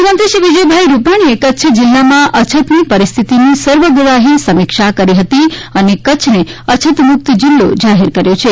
મુખ્યમંત્રી શ્રી વિજયભાઇ રૂપાણીએ કચ્છ જિલ્લામાં અછતની પરિસ્થિતિની સર્વગ્રાહી સમીક્ષા કરી હતી અને કચ્છને અછતમુકત જિલ્લો જાહેર કર્યો છે